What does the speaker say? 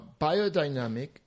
Biodynamic